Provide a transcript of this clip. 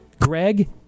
greg